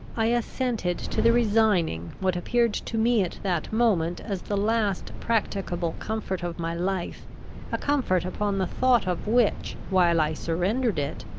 i assented to the resigning what appeared to me at that moment as the last practicable comfort of my life a comfort, upon the thought of which, while i surrendered it,